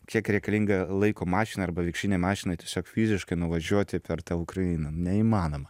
kiek reikalinga laiko mašinai arba vikšrinei mašinai tiesiog fiziškai nuvažiuoti per tą ukrainą neįmanoma